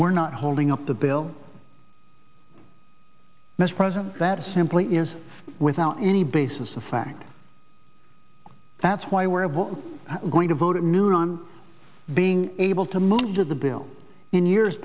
we're not holding up the bill mr president that simply is without any basis in fact that's why we're going to vote at noon on being able to move to the bill in years